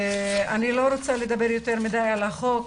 אני לא רוצה לדבר יותר מדי על החוק,